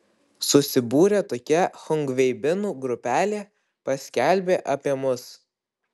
susibūrė tokia chungveibinų grupelė paskelbė apie mus